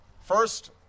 First